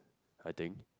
I think